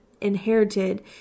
inherited